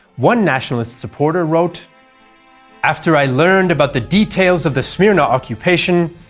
one nationalist supporter wrote after i learned about the details of the smyrna occupation,